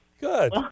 Good